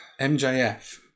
MJF